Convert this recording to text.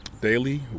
daily